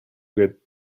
get